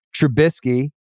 Trubisky